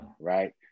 right